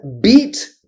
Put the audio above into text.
beat